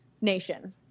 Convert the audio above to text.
nation